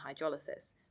Hydrolysis